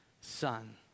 son